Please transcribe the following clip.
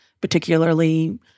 particularly